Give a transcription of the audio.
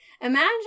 imagine